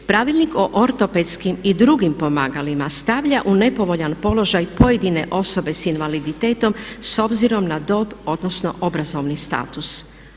Pravilnik o ortopedskim i drugim pomagalima stavlja u nepovoljan položaj pojedine osobe sa invaliditetom s obzirom na dob, odnosno obrazovni status.